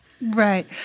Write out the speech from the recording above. Right